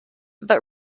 but